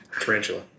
Tarantula